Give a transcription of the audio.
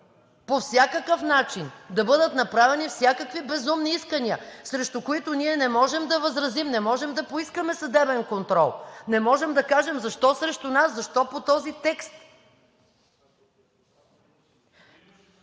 по всякакъв начин, да бъдат направени всякакви безумни искания, срещу които ние не можем да възразим, не можем да поискаме съдебен контрол, не можем да кажем: защо срещу нас, защо по този текст?